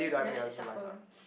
then we should shuffle